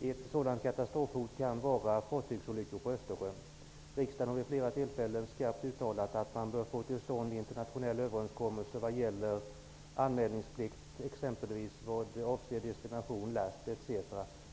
Ett sådant katastrofhot kan vara fartygsolyckor på Östersjön. Riksdagen har vid flera tillfällen skarpt uttalat att man bör få till stånd internationella överenskommelser vad gäller anmälningsplikt exempelvis vad avser destination, last, etc.